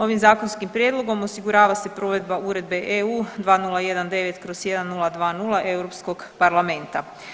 Ovim zakonskim prijedlogom osigurava se provedba Uredbe EU 2019/1020 Europskog parlamenta.